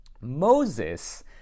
Moses